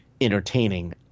Entertaining